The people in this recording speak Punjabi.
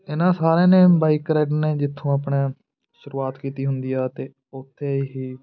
ਇਹਨਾਂ ਸਾਰਿਆਂ ਨੇ ਬਾਈਕ ਰਾਈਡਰਾਂ ਨੇ ਜਿੱਥੋਂ ਆਪਣਾ ਸ਼ੁਰੂਆਤ ਕੀਤੀ ਹੁੰਦੀ ਆ ਅਤੇ ਉੱਥੇ ਹੀ